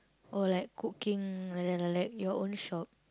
or like cooking like that like that your own shop